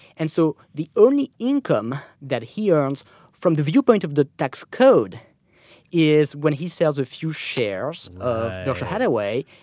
and so the only income that he earns from the viewpoint of the tax code is when he sells a few shares of berkshire hathaway,